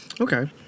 okay